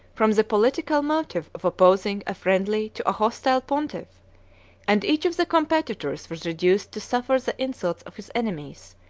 from the political motive of opposing a friendly to a hostile pontiff and each of the competitors was reduced to suffer the insults of his enemies,